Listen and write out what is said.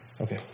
Okay